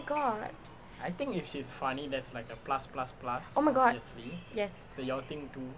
god oh my god yes